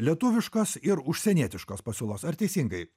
lietuviškos ir užsienietiškos pasiūlos ar teisingai